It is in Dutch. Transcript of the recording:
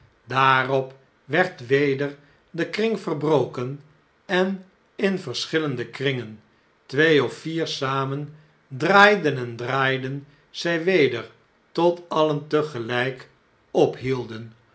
daarop werd weder de kring verbroken en in verschillende kringen twee of vier samen draaiden en draaiden zjj weder tot alien tegelijk opde